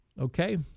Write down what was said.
Okay